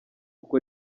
kuko